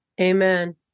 Amen